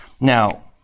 Now